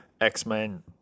X-Men